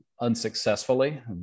unsuccessfully